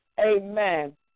amen